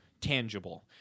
tangible